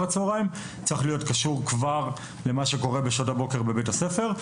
הצהריים צריך להיות קשור כבר למה שקורה בשעות הבוקר בבית הספר,